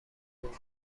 بوده